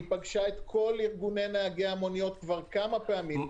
היא פגשה את כל ארגוני נהגי המוניות כמה פעמים.